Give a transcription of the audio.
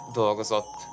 dolgozott